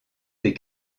des